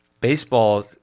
baseball